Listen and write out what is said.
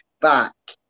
back